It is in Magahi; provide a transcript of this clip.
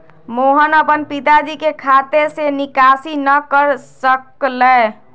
मोहन अपन पिताजी के खाते से निकासी न कर सक लय